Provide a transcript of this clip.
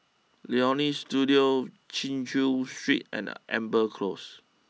Leonie Studio Chin Chew Street and Amber close